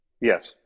Yes